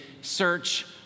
search